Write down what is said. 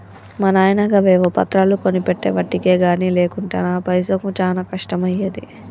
మా నాయిన గవేవో పత్రాలు కొనిపెట్టెవటికె గని లేకుంటెనా పైసకు చానా కష్టమయ్యేది